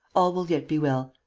all will yet be well.